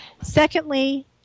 Secondly